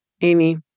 Amy